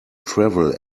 travel